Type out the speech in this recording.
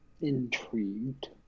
intrigued